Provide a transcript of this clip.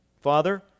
Father